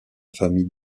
famille